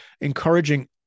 encouraging